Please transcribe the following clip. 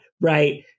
right